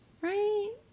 right